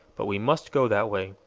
but we must go that way.